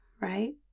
right